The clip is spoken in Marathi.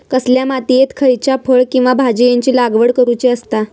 कसल्या मातीयेत खयच्या फळ किंवा भाजीयेंची लागवड करुची असता?